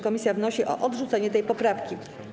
Komisja wnosi o odrzucenie tej poprawki.